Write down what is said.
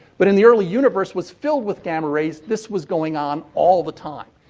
but in the early universe was filled with gamma rays, this was going on all the time.